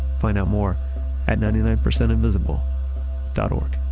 find out more at ninety nine percentinvisible dot o